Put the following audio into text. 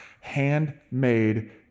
handmade